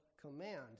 command